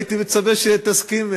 הייתי מצפה שתסכים,